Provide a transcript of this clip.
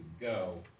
go